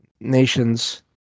nations